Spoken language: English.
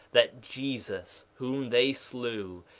that jesus, whom they slew,